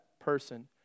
person